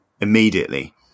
immediately